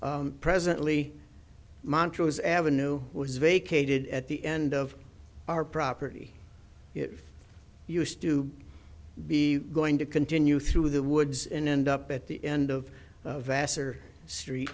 rezoned presently montrose avenue was vacated at the end of our property it used to be going to continue through the woods and end up at the end of vassar street